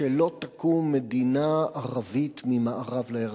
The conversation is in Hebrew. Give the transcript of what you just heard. שלא תקום מדינה ערבית ממערב לירדן.